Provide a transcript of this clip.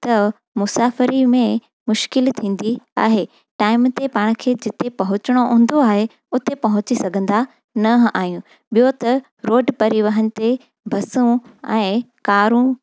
त मुसाफ़री में मुश्किल थींदी आहे टाइम ते पाण खे जिते पहुचणो हूंदो आहे उते पहुची सघंदा न आहियूं ॿियों त रोड परिवहन ते बसूं ऐं कारूं